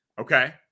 Okay